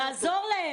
נכון, נעזור להם.